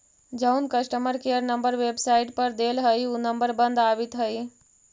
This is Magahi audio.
जउन कस्टमर केयर नंबर वेबसाईट पर देल हई ऊ नंबर बंद आबित हई